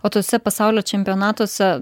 o tuose pasaulio čempionatuose